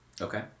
Okay